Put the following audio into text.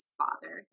father